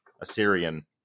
Assyrian